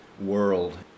world